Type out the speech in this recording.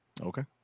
okay